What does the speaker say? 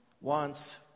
wants